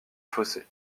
fossé